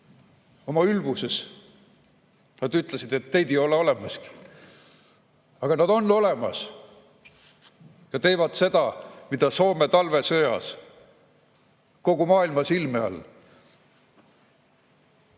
Oma ülbuses nad ütlesid, et teid ei ole olemaski. Aga nad on olemas ja teevad seda, mida tegi Soome talvesõjas, kogu maailma silme all.